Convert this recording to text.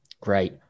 great